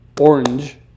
Orange